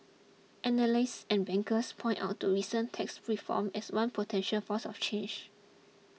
analysts and bankers pointed out to recent tax reform as one potential force of change